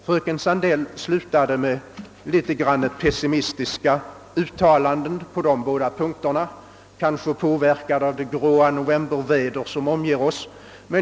Fröken Sandell slutade med en smula pessimistiska uttalanden på dessa punkter, kanske påverkad av det gråa novemberväder som omger oss.